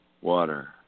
Water